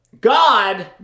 God